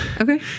Okay